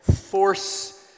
force